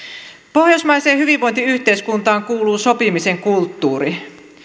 pohjoismaiseen hyvinvointiyhteiskuntaan kuuluu sopimisen kulttuuri